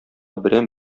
берәм